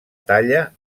talla